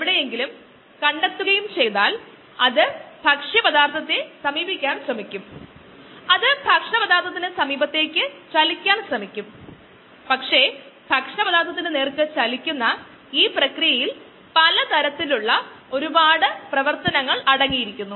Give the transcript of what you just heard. തുടർന്ന് ഏകദേശം 40 മണിക്കൂറിൽ അത് പ്രതീക്ഷിച്ചപോലെ താഴാൻ തുടങ്ങുന്നു കാരണം ഇവിടെ കോശങ്ങളുടെ സാന്ദ്രത കുറയുന്നു കുറച്ച് സമയത്തിന് ശേഷം നമ്മൾ മരണ ഘട്ടത്തിലേക്ക് പ്രവേശിക്കുന്നു അത് കോശങ്ങളുടെ കോൺസൺട്രേഷൻ പ്രൊഫൈലിൽ ദൃശ്യമാകും